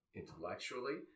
intellectually